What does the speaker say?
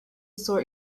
sort